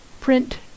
print